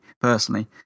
personally